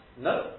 no